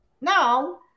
Now